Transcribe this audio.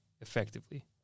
effectively